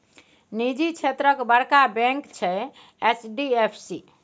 निजी क्षेत्रक बड़का बैंक छै एच.डी.एफ.सी